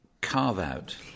carve-out